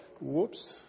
whoops